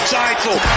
title